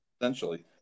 essentially